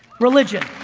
religion,